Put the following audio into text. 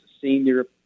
senior